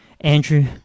Andrew